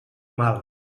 mal